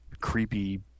creepy